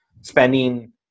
spending